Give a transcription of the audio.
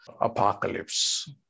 apocalypse